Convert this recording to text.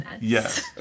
Yes